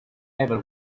ever